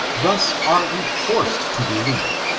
thus aro we forced to believe,